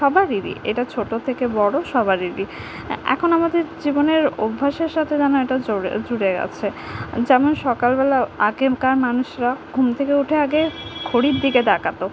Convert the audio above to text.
সবারই এটা ছোটো থেকে বড় সবারই এখন আমাদের জীবনের অভ্যাসের সাথে যেন এটা জোড়ে জুড়ে গেছে যেমন সকালবেলাও আগেকার মানুষরা ঘুম থেকে উঠে আগে ঘড়ির দিকে তাকাত